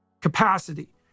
capacity